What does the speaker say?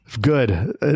Good